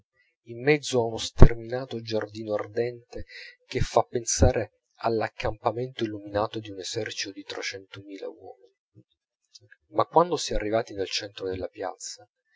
in mezzo a uno sterminato giardino ardente che fa pensare all'accampamento illuminato di un esercito di trecento mila uomini ma quando si è arrivati nel centro della piazza